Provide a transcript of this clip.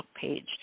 page